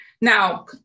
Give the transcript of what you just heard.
Now